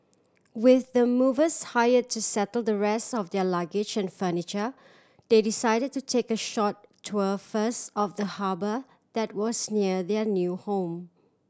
with the movers hire to settle the rest of their luggage and furniture they decided to take a short tour first of the harbour that was near their new home